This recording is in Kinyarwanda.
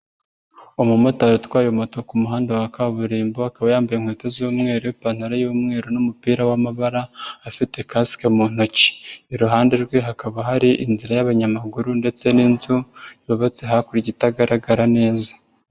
Umumotari utwaye moto kumuhanda wa kaburimbo, akaba yambaye inkweto z'umweru, ipantaro y'umweru n'umupira w'amabara afite kasike mu ntoki. Iruhande rwe hakaba hari inzira y'abanyamaguru ndetse n'inzu yubatse hakurya itagaragara neza.